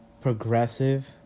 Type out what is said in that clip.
progressive